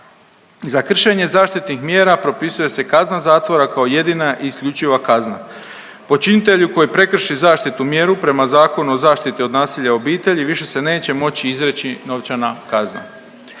Za kršenje zaštitnih mjera propisuje se kazna zatvora kao jedina i isključiva kazna. Počinitelju koji prekrši zaštitnu mjeru prema Zakonu o zaštiti od nasilja u obitelji više se neće moći izreći novčana kazna.